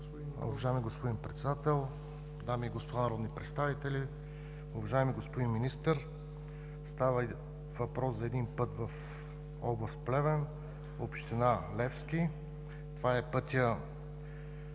Уважаеми господин Председател, дами и господа народни представители! Уважаеми господин Министър, става въпрос за един път в област Плевен, община Левски. Това е пътят